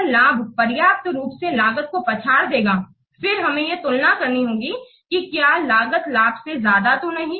अगर लाभ पर्याप्त रूप से लागत को पछाड़ देगा फिर हमें यह तुलना करनी होगी कि क्या लागत लाभ से ज्यादा तो नहीं